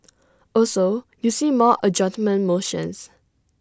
also you see more adjournment motions